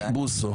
ובוסו.